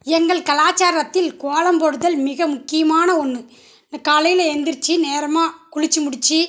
எங்கள் கலாச்சாரத்தில் கோலம் போடுதல் மிக முக்கியமான ஒன்று காலையில் எழுந்திருச்சி நேரமாக குளித்து முடித்து